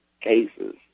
cases